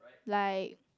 like